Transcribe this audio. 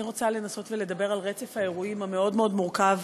אני רוצה לנסות לדבר על רצף האירועים המאוד-מאוד מורכב